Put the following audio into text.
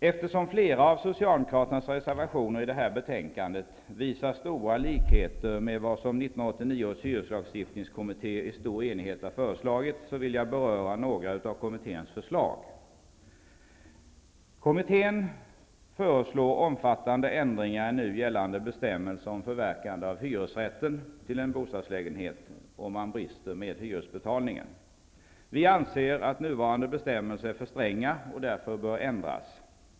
Eftersom flera av Socialdemokraternas reservationer till detta betänkande visar stora likheter med vad som 1989 års hyreslagstiftningskommitté i stor enighet har föreslagit, vill jag beröra några av kommitténs förslag. Kommittén föreslår omfattande ändringar i nu gällande bestämmelser om förverkande av hyresrätten till en bostadslägenhet vid bristande hyresbetalning. Vi anser att nuvarande bestämmelser är för stränga och därför bör ändras.